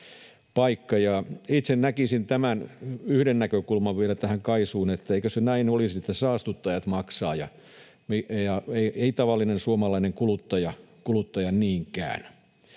Itse näkisin tämän yhden näkökulman vielä tähän KAISUun, että eikö se näin olisi, että saastuttajat maksavat eikä tavallinen suomalainen kuluttaja niinkään.